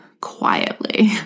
quietly